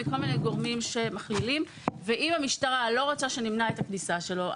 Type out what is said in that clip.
מכל מיני גורמים שמכלילים ואם המשטרה לא רוצה שנמנע את הכניסה שלו,